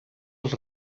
als